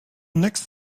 next